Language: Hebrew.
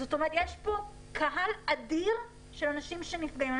זאת אומרת, יש פה קהל אדיר של אנשים שנפגעים.